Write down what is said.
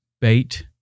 bait